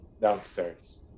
downstairs